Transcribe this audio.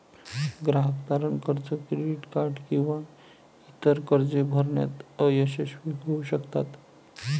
ग्राहक तारण कर्ज, क्रेडिट कार्ड किंवा इतर कर्जे भरण्यात अयशस्वी होऊ शकतात